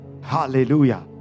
Hallelujah